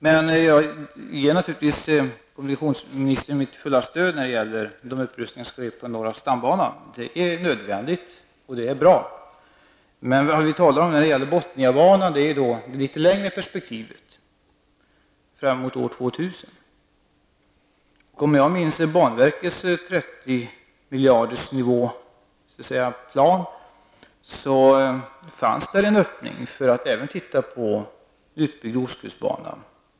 Men jag ger naturligtvis kommunikationsministern mitt fulla stöd när det gäller upprustningen av norra stambanan. Denna är nödvändig, och det är bra att den kommer till stånd. Botniabanan gäller ett litet längre perspektiv, fram emot år 2000. I banverkets plan för en satsning med 30 miljarder finns en öppning för en utbyggnad av ostkustbanan.